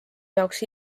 jaoks